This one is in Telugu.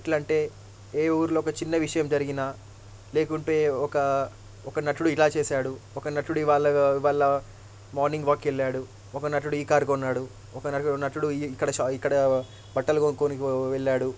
ఎట్లా అంటే ఏ ఊర్లో ఒక చిన్న విషయం జరిగినా లేకుంటే ఒక ఒక నటుడు ఇలా చేశాడు ఒక నటుడు ఇవాళ ఇవాళ మార్నింగ్ వాక్కెళ్ళాడు ఒక నటుడు ఈ కార్ కొన్నాడు ఒక నటుడు ఇక్కడ షా ఇక్కడ బట్టలు కొనుక్కొనీకి వా వెళ్ళాడు